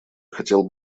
хотел